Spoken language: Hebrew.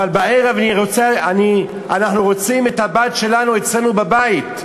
אבל בערב אנחנו רוצים את הבת שלנו אצלנו בבית.